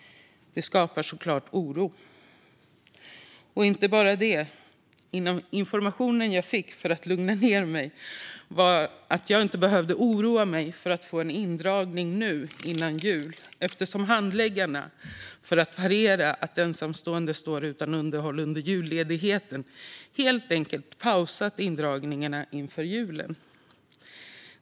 Det skapar såklart oro. Men det var inte nog med det. Informationen jag fick för att lugna mig var att jag inte behöver oroa mig för en indragning före jul. För att parera så att ensamstående inte ska stå utan underhåll under julledigheten har handläggarna helt enkelt pausat indragningarna inför julen.